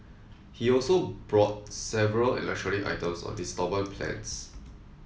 he also brought several electronic items on instalment plans